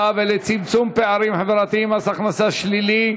ולצמצום פערים חברתיים (מס הכנסה שלילי)